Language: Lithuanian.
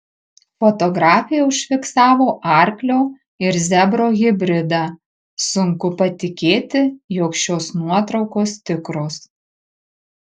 fotografė užfiksavo arklio ir zebro hibridą sunku patikėti jog šios nuotraukos tikros